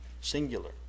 singular